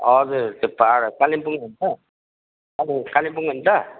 हजुर त्यो पाहाड कालिम्पोङ होइन त कालिम्पोङ होइन त